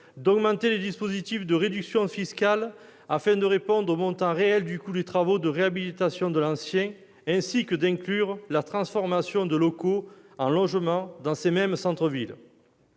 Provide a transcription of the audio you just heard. d'augmenter des dispositifs de réduction fiscale afin de répondre au montant réel du coût des travaux de réhabilitation de l'ancien et d'inclure la transformation de locaux en logements dans ces mêmes centres-villes.